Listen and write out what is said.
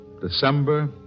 December